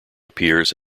appears